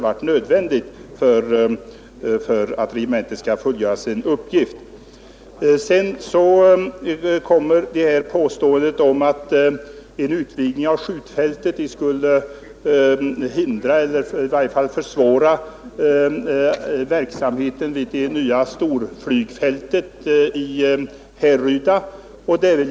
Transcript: Vidare påstår herr Andersson att en utvidgning av skjutfältet skulle hindra eller i varje fall försvåra verksamheten på det nya storflygfältet i Härryda.